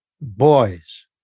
boys